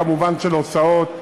כמובן של הוצאות,